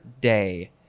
Day